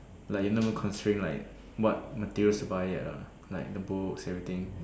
like you never constraint like what materials to buy yet ah like the books everything